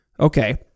okay